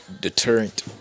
deterrent